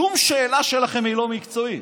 שום שאלה שלכם היא לא מקצועית,